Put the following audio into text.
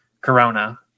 Corona